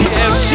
Yes